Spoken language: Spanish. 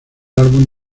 álbum